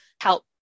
help